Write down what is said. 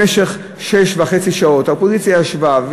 במשך שש שעות וחצי האופוזיציה ישבה,